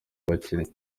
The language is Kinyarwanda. abakinnyi